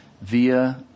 Via